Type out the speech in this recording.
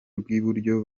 rw’iburyo